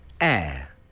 air